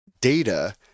data